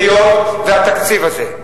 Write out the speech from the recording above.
היות שהתקציב הזה,